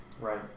Right